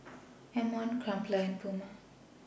M one Crumpler and Puma